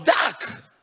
dark